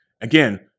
again